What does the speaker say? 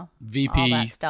VP